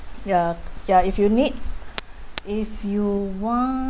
ya ya if you need if you want